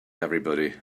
everybody